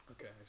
Okay